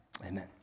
Amen